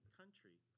country